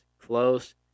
close